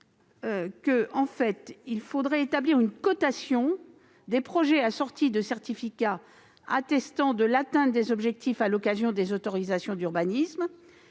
Vous proposez d'établir une cotation des projets assortie de certificats attestant de l'atteinte des objectifs à l'occasion des autorisations d'urbanisme.